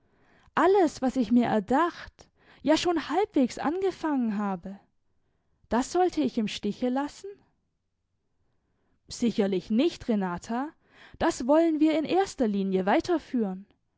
alles was ich mir erdacht ja schon halbwegs angefangen habe das sollte ich im stiche lassen sicherlich nicht renata das wollen wir in erster linie weiterführen